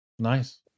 Nice